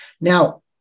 Now